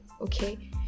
okay